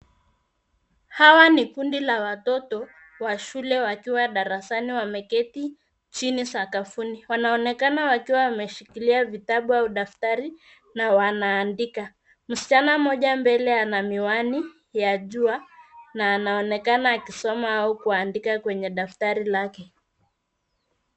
Hawa ni kundi la watoto wa shule wakiwa darasani wameketi chini sakafuni. Wanaonekana wakiwa wameshikilia vitabu au daftari na wanaandika. Msichana mmoja mbele ana miwani ya jua na anaonekana akisoma au kuandika kwenye daftari lake.